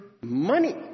money